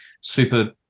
super